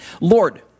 Lord